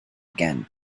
again